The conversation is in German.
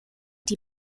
die